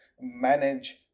manage